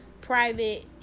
private